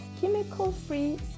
chemical-free